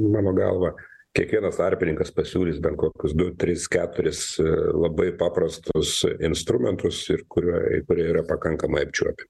mano galva kiekvienas tarpininkas pasiūlys dar kokius du tris keturis labai paprastus instrumentus ir kuriuo kurie yra pakankamai apčiuopi